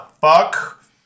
fuck